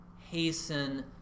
hasten